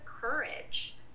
courage